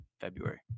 February